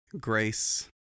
grace